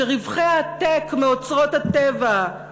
שרווחי העתק מאוצרות הטבע,